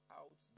out